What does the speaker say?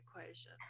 equation